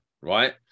right